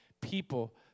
people